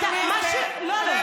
חכי שנייה, בבקשה.